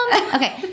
Okay